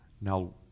Now